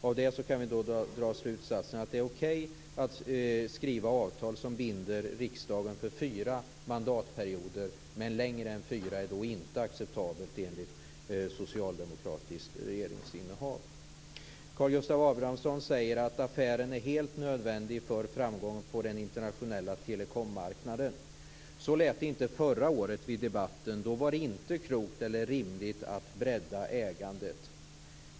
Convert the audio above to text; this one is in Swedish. Av det kan man dra slutsatsen att det är okej att skriva avtal som binder riksdagen för fyra mandatperioder, men mer än fyra perioder är inte acceptabelt enligt socialdemokraterna. Karl Gustav Abramsson säger att affären är helt nödvändig för framgången på den internationella telekommarknaden. Så lät det inte förra året i debatten. Då var det inte klokt eller rimligt att bredda ägandet.